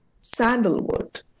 sandalwood